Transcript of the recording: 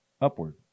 upward